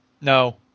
No